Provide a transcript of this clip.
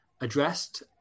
addressed